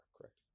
correct